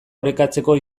orekatzeko